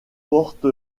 porte